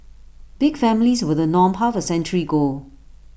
big families were the norm half A century ago